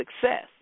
Success